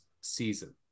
season